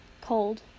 Cold